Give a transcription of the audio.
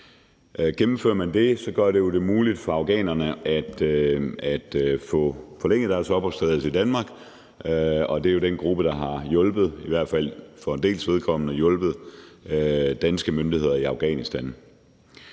Gennemfører man det, gør man det muligt for afghanerne at få forlænget deres opholdstilladelse i Danmark; og det er jo den gruppe, der i hvert fald for en dels vedkommende har hjulpet danske myndigheder i Afghanistan.